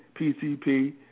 PCP